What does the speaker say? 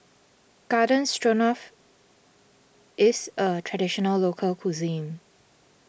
Garden Stroganoff is a Traditional Local Cuisine